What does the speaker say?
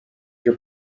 your